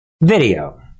video